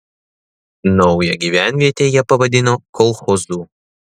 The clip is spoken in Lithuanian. naują gyvenvietę jie pavadino kolchozu